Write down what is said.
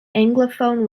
anglophone